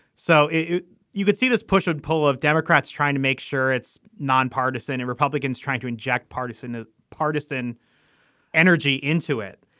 so you could see this push and pull of democrats trying to make sure it's nonpartisan and republicans trying to inject partisan ah partisan energy into it.